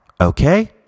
okay